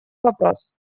вопрос